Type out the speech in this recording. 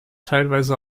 teilweise